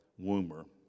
Woomer